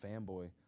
fanboy